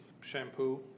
shampoo